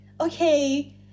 okay